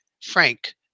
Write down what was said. Frank